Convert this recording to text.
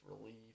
relief